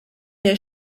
der